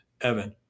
Evan